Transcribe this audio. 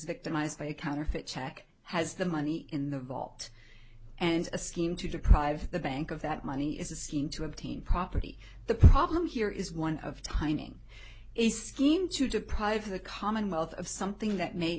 victimized by a counterfeit check has the money in the vault and a scheme to deprive the bank of that money is a scheme to obtain property the problem here is one of timing a scheme to deprive the commonwealth of something that may